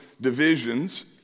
divisions